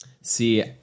See